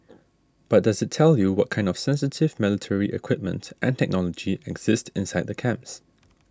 but does it tell you what kind of sensitive military equipment and technology exist inside the camps